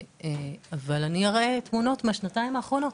אבל אני אראה תמונות מהשנתיים האחרונות,